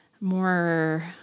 more